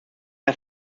hat